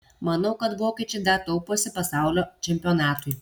manau kad vokiečiai dar tauposi pasaulio čempionatui